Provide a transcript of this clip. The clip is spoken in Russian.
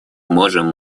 можем